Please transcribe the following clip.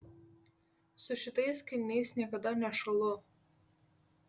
su šitais kailiniais niekada nešąlu